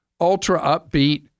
ultra-upbeat